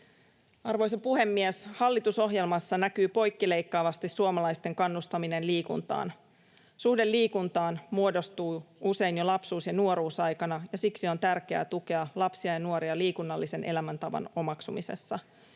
Arvoisa puhemies! Hallitusohjelmassa näkyy poikkileikkaavasti suomalaisten kannustaminen liikuntaan. Suhde liikuntaan muodostuu usein jo lapsuus- ja nuoruusaikana, ja siksi on tärkeää tukea lapsia ja nuoria liikunnallisen elämäntavan omaksumisessa.